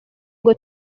ngo